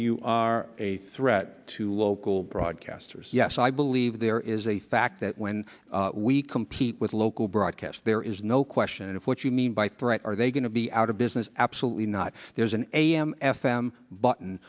you are a threat to local broadcasters yes i believe there is a fact that when we compete with local broadcast there is no question of what you mean by bright are they going to be out of business absolutely not there is an am f m button